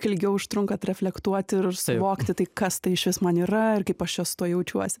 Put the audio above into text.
ilgiau užtrunkat reflektuoti ir suvokti tai kas tai išvis man yra ir kaip aš čia su tuo jaučiuosi